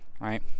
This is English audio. right